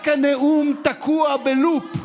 רק הנאום תקוע בלופ.